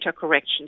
correction